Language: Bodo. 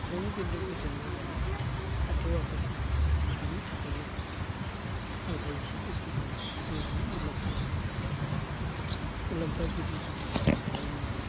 जों खिन्थु गोजोननाय लानो हाथ'आखै बिनि थाखायनो आंहा एसे दुखु दङो जों मानो मुलाम्फागिरि जानो हायाखै मुलाम्फागिरि जुदि जानो हानायमोनब्ला